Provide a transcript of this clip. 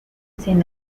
sin